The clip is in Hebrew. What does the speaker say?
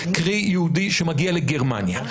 קרי יהודי שמגיע לגרמניה.